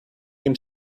him